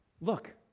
Look